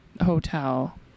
hotel